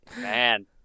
Man